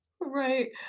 right